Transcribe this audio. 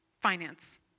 finance